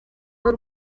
n’u